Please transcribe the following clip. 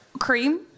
Cream